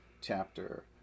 chapter